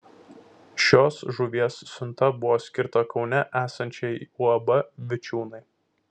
šios žuvies siunta buvo skirta kaune esančiai uab vičiūnai